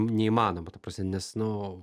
neįmanoma ta prasme nes no